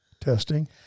Testing